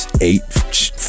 eight